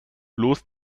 bloß